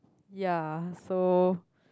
ya so